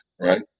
right